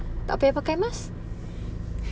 tak payah pakai mask